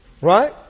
Right